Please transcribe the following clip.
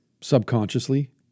subconsciously